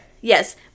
yes